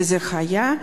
וזה היה.